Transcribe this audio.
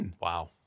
Wow